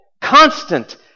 constant